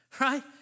Right